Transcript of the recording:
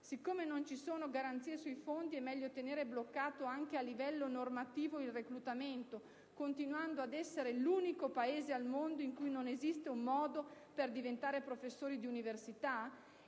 Siccome non ci sono garanzie sui fondi è meglio tenere bloccato, anche a livello normativo, il reclutamento, continuando ad essere l'unico Paese al mondo in cui non esiste un modo per diventare professori di università?